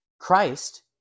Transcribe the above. Christ